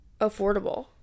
affordable